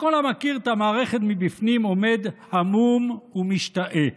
שכל המכיר את המערכת מבפנים עומד המום ומשתאה.